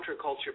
counterculture